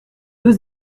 deux